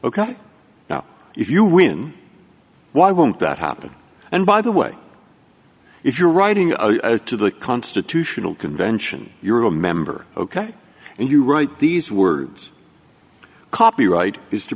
ok now if you win why won't that happen and by the way if you're writing to the constitutional convention you're a member ok and you write these words copyright is to